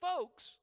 folks